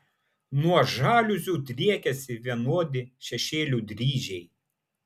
nuo žaliuzių driekiasi vienodi šešėlių dryžiai